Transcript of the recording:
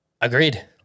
Agreed